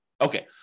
Okay